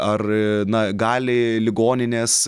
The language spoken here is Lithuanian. ar na gali ligoninės